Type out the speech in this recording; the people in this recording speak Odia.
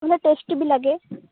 ଭଲ ଟେଷ୍ଟି ବି ଲାଗେ